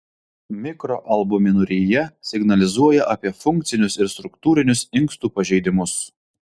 mikroalbuminurija signalizuoja apie funkcinius ir struktūrinius inkstų pažeidimus